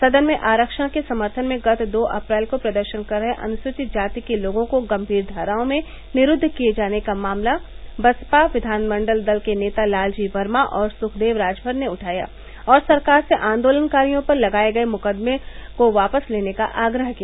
सदन में आरक्षण के समर्थन में गत दो अप्रैल को प्रदर्शन कर रहे अनुसुचित जाति के लोगों को गंभीर धाराओं में निरूद्व किये जाने का मामला बसपा विघानमंडल दल के नेता लालजी वर्मा और सुखदेव राजभर ने उठाया और सरकार से आन्दोलनकारियों पर लगाये गये मुकदमों को वापस लेने का आग्रह किया